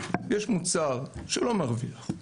שאומר שיש מוצר שלא מרוויח,